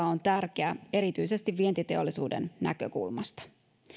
on tärkeä erityisesti vientiteollisuuden näkökulmasta